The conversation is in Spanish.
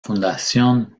fundación